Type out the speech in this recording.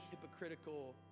hypocritical